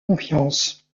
confiance